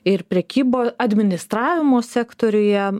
ir prekybo administravimo sektoriuje